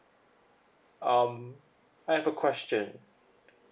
um I have a question